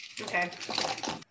okay